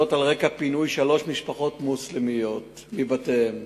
על רקע פינוי שלוש משפחות מוסלמיות מבתיהן